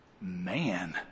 Man